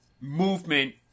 movement